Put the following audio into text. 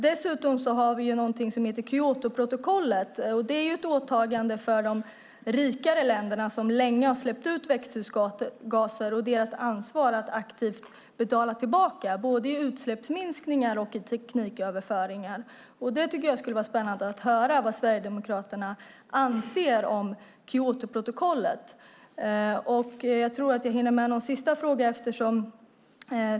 Dessutom har vi någonting som heter Kyotoprotokollet, och det är ett åtagande för de rikare länderna som länge har släppt ut växthusgaser. Det handlar om deras ansvar att aktivt betala tillbaka, både i utsläppsminskningar och i tekniköverföringar. Jag tycker att det skulle vara spännande att höra vad Sverigedemokraterna anser om Kyotoprotokollet. Jag tror att jag hinner med en sista fråga.